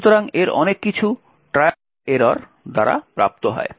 সুতরাং এর অনেক কিছু ট্রায়াল এবং ত্রুটি দ্বারা প্রাপ্ত হয়